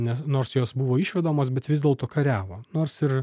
nes nors jos buvo išvedamos bet vis dėlto kariavo nors ir